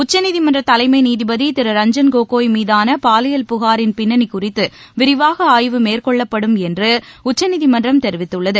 உச்சநீதிமன்ற தலைமை நீதிபதி திரு ரஞ்சன் கோகோய் மீதான பாலியல் புகாரின் பின்னணி குறித்து விரிவாக ஆய்வு மேற்கொள்ளப்படும் என்று உச்சநீதிமன்றம் தெரிவித்துள்ளது